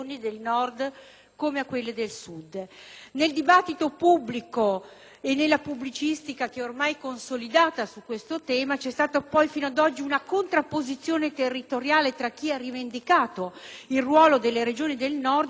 come a quelle del Sud. Nel dibattito pubblico e nella pubblicistica ormai consolidata su questo tema c'è stata fino ad oggi una contrapposizione territoriale tra chi ha rivendicato il ruolo delle Regioni del Nord e chi invece,